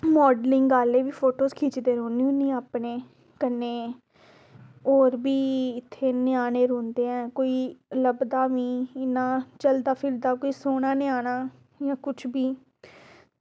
modelling आह्ले बी photos खिच्चदी रौह्न्नी आं अपने कन्नै होर बी इत्थें ञ्याने रौंह्दे ऐ कोई लभदा मीं इ'यां चलदा फिरदा कोई सोह्ना ञ्याना इ'यां कुछ बी